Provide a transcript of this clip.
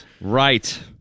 right